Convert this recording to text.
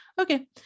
okay